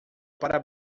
para